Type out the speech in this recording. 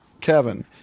Kevin